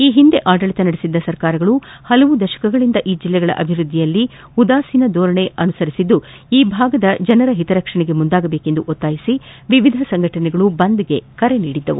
ಈ ಹಿಂದೆ ಆಡಳಿತ ನಡೆಸಿದ ಸರ್ಕಾರಗಳು ಹಲವು ದಶಕಗಳಿಂದ ಈ ಜಿಲ್ಲೆಗಳ ಅಭಿವೃದ್ದಿಯಲ್ಲಿ ನಿರ್ಲಕ್ಷ್ ಧೋರಣೆ ಅನುಸರಿಸಿದ್ದು ಈ ಭಾಗದ ಜನರ ಹಿತರಕ್ಷಣೆಗೆ ಮುಂದಾಗಬೇಕೆಂದು ಒತ್ತಾಯಿಸಿ ವಿವಿಧ ಸಂಘಟನೆಗಳು ಬಂದ್ ಗೆ ಕರೆ ನೀಡಿದ್ದವು